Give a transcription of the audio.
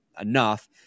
enough